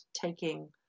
taking